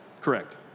Correct